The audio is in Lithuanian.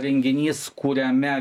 renginys kuriame